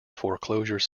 foreclosure